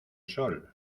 sol